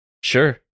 Sure